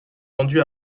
vendue